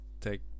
take